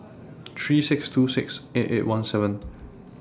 three six two six eight eight one seven